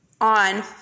On